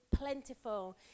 plentiful